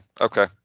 Okay